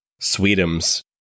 Sweetums